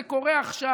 זה קורה עכשיו.